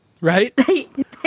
right